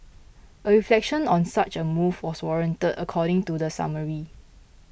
a reflection on such a move was warranted according to the summary